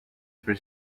for